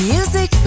Music